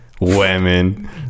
Women